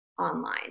online